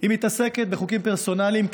היא מתעסקת בחוקים פרסונליים,